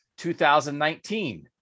2019